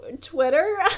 Twitter